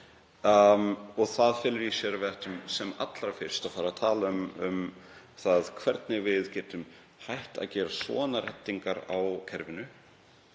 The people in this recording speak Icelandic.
Það felur í sér að við ættum sem allra fyrst að fara að tala um það hvernig við getum hætt að gera svona reddingar á kerfinu